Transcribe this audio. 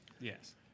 yes